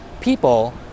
People